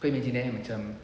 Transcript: kau imagine eh macam